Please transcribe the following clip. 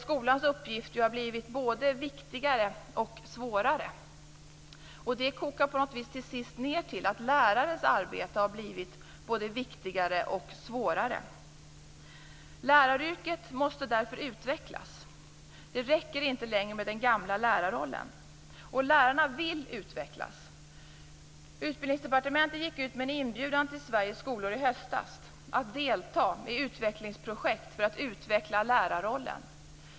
Skolans uppgift har blivit viktigare och svårare. Det kokar ihop till att lärarens arbete har blivit viktigare och svårare. Läraryrket måste därför utvecklas. Det räcker inte längre med den gamla lärarrollen. Lärarna vill utvecklas. Utbildningsdepartementet gick i höstas ut med en inbjudan till Sveriges skolor att delta i utvecklingsprojekt för att utveckla lärarrollen.